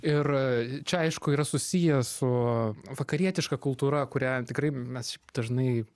ir čia aišku yra susiję su vakarietiška kultūra kurią tikrai mes dažnai